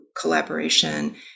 collaboration